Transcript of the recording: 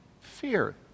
Fear